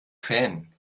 fan